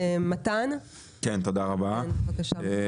מתן, בבקשה.